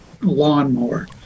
lawnmower